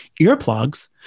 earplugs